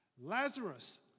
Lazarus